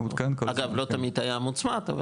הוא מעודכן כל הזמן, כן.